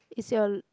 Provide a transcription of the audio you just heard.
is your